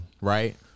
right